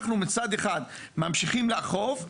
הם מצד אחד ממשיכים לאכוף,